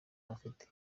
bafite